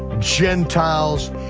gentiles,